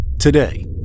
today